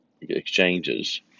Exchanges